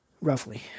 roughly